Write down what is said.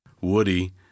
Woody